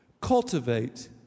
cultivate